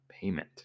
payment